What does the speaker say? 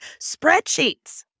spreadsheets